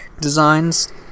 designs